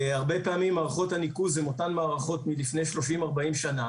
הרבה פעמים מערכות הניקוז הן אותן מערכות מלפני 30-40 שנה